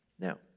Now